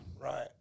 Right